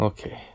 Okay